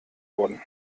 wurden